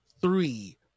three